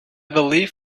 believe